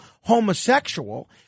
homosexual